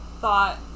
thought